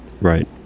right